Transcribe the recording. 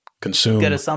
consume